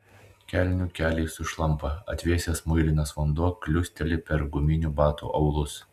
kelnių keliai sušlampa atvėsęs muilinas vanduo kliūsteli per guminių batų aulus